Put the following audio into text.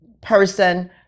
person